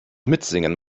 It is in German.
mitsingen